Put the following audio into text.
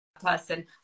person